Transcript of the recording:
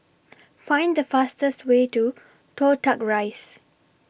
Find The fastest Way to Toh Tuck Rise